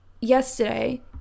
yesterday